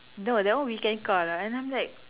no that one weekend car lah and I'm like